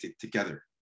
together